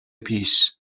پیش